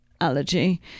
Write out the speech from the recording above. allergy